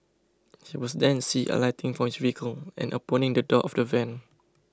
he was then see alighting from his vehicle and opening the door of the van